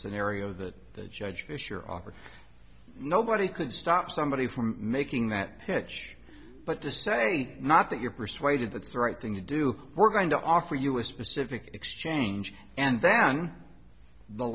scenario that the judge fisher offered nobody could stop somebody from making that pitch but to say not that you're persuaded that's the right thing to do we're going to offer you a specific exchange and then the